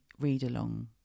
read-along